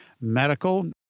medical